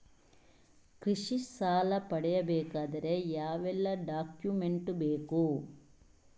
ಕೃಷಿ ಸಾಲ ಪಡೆಯಬೇಕಾದರೆ ಯಾವೆಲ್ಲ ಡಾಕ್ಯುಮೆಂಟ್ ಬೇಕು?